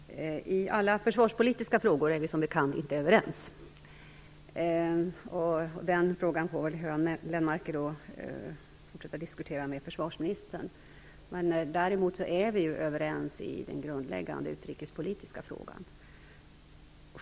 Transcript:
Herr talman! I alla försvarspolitiska frågor är vi som bekant inte överens. Den frågan får Göran Lennmarker fortsätta diskutera med försvarsministern. Däremot är vi överens i den grundläggande utrikespolitiska frågan.